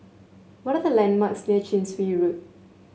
what are the landmarks near Chin Swee Road